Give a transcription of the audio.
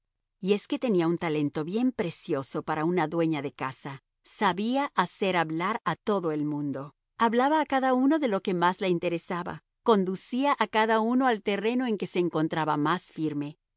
y es que tenía un talento bien precioso para una dueña de casa sabía hacer hablar a todo el mundo hablaba a cada uno de lo que más le interesaba conducía a cada uno al terreno en que se encontraba más firme